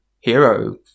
hero